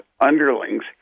underlings